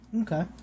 Okay